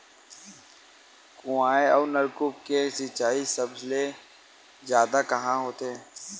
कुआं अउ नलकूप से सिंचाई सबले जादा कहां होथे?